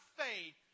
faith